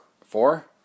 four